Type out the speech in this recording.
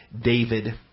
David